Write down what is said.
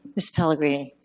miss pellegrini?